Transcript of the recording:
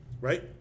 Right